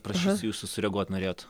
prašysiu jūsų sureaguot norėjot